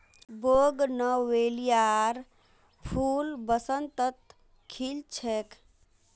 बोगनवेलियार फूल बसंतत खिल छेक